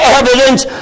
evidence